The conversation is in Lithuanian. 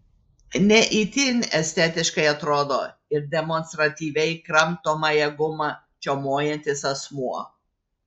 ne itin estetiškai atrodo ir demonstratyviai kramtomąją gumą čiaumojantis asmuo